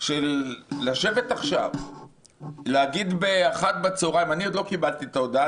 של לשבת עכשיו ולהגיד ב-13:00 בצוהריים אני עוד לא קיבלתי את ההודעה,